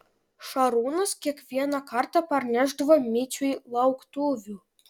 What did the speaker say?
šarūnas kiekvieną kartą parnešdavo miciui lauktuvių